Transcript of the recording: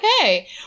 Okay